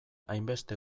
hainbeste